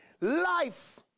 Life